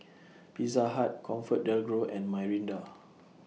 Pizza Hut ComfortDelGro and Mirinda